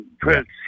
prince